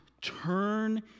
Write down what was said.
turn